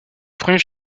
premier